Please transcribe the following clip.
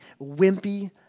wimpy